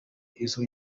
izo